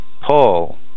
Paul